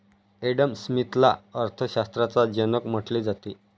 Adam स्मिथला अर्थशास्त्राचा जनक म्हटले जाते